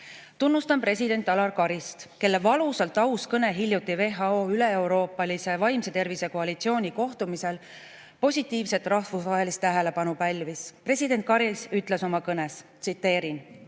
Tunnustan president Alar Karist, kelle valusalt aus kõne hiljuti WHO üleeuroopalise vaimse tervise koalitsiooni kohtumisel positiivset rahvusvahelist tähelepanu pälvis. President Karis ütles oma kõnes: "Meid